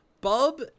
bub